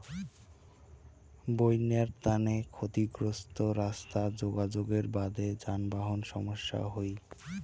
বইন্যার তানে ক্ষতিগ্রস্ত রাস্তা যোগাযোগের বাদে যানবাহন সমস্যা হই